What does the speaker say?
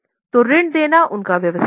तो ऋण देना उनका व्यवसाय है